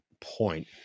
point